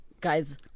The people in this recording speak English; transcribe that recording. guys